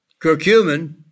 Curcumin